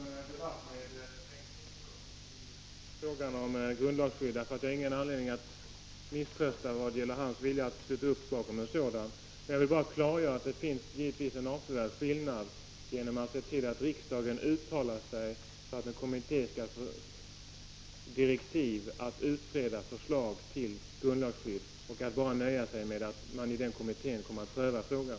Herr talman! Jag skall inte ta upp någon debatt med Bengt Kindbom i frågan om grundlagsskydd, eftersom jag inte har någon anledning att misströsta vad gäller hans vilja att sluta upp bakom den. Jag vill bara klargöra att det givetvis är en avsevärd skillnad mellan att föreslå att riksdagen skall uttala sig för att en kommitté får direktiv för att utreda ett förslag till grundlagsskydd och att bara nöja sig med att kommittén kommer att pröva frågan.